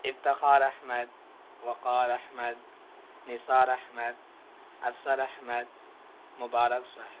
Iftikhar Ahmed Waqar Ahmed Nisar Ahmed Afsar Ahmed Mubarak Sahib